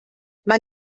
man